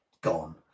gone